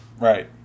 Right